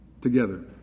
together